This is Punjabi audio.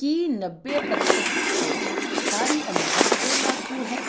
ਕੀ ਨੱਬੇ ਪ੍ਰਤੀਸ਼ਤ ਛੋਟ ਸਾਰੀ ਅਨਾਜ 'ਤੇ ਲਾਗੂ ਹੈ